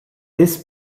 this